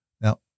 Now